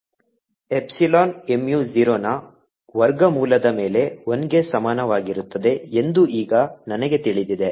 epsilon mu 0 ನ ವರ್ಗಮೂಲದ ಮೇಲೆ 1 ಗೆ ಸಮಾನವಾಗಿರುತ್ತದೆ ಎಂದು ಈಗ ನನಗೆ ತಿಳಿದಿದೆ